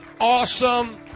awesome